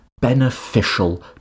beneficial